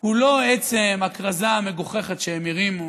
הוא לא עצם הכרזה המגוחכת שהם הרימו,